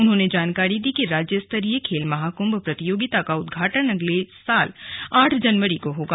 उन्होंने जानकारी दी कि राज्य स्तरीय खेल महाकृंभ प्रतियोगिता का उदघाटन अगले साल आठ जनवरी को होगा